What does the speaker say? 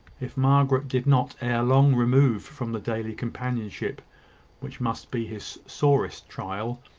if margaret did not ere long remove from the daily companionship which must be his sorest trial,